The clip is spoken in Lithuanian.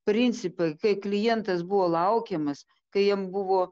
principai kai klientas buvo laukiamas kai jam buvo